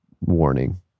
warning